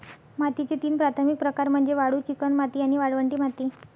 मातीचे तीन प्राथमिक प्रकार म्हणजे वाळू, चिकणमाती आणि वाळवंटी माती